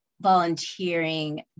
volunteering